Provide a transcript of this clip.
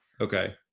Okay